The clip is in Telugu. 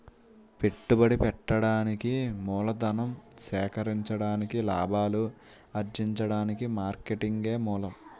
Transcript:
పెట్టుబడి పెట్టడానికి మూలధనం సేకరించడానికి లాభాలు అర్జించడానికి మార్కెటింగే మూలం